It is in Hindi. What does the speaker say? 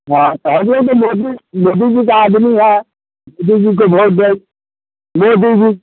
हाँ पहले तो मोदी जी मोदी जी का आदमी है मोदी जी को वोट दें मोदी जी